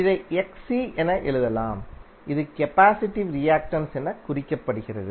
இதை Xc என எழுதலாம் இது கபாசிடிவ் ரியாக்டன்ஸ் என குறிக்கப்படுகிறது